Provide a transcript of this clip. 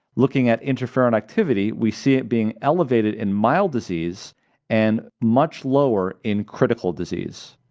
looking at interferon activity, we see it being elevated in mild disease and much lower in critical disease.